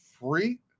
free